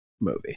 movie